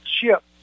ship